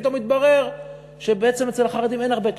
פתאום מתברר שבעצם אצל החרדים אין הרבה כסף,